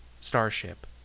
Starship